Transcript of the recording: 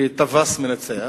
כטווס מנצח,